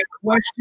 question